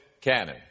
cannon